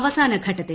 അവസാനഘട്ടത്തിൽ